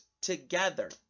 together